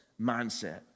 mindset